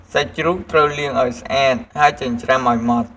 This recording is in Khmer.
សាច់ជ្រូកត្រូវលាងឲ្យស្អាត ហើយចិញ្ច្រាំឲ្យម៉ត់។